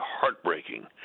heartbreaking